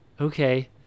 Okay